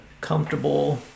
comfortable